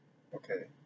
okay